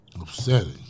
Upsetting